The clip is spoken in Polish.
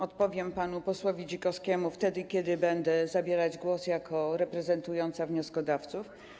Odpowiem panu posłowi Dzikowskiemu wtedy, kiedy będę zabierać głos jako osoba reprezentująca wnioskodawców.